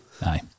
aye